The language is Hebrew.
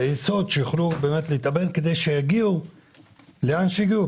היסוד כדי שיגיעו לאן שיגיעו.